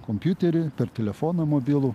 kompiuterį per telefoną mobilų